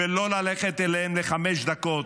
ולא ללכת אליהם לחמש דקות.